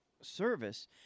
service